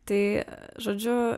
tai žodžiu